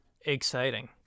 Exciting